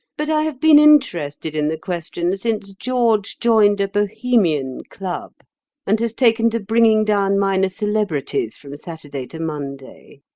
but i have been interested in the question since george joined a bohemian club and has taken to bringing down minor celebrities from saturday to monday.